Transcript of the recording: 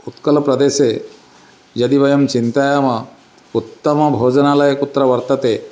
उत्कलप्रदेशे यदि वयं चिन्तयामः उत्तमभोजनालयः कुत्र वर्तते